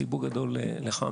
חיבוק גדול לך,